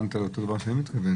אם התכוונת לאותו דבר שאי מתכוון.